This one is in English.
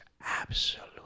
absolute